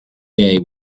gay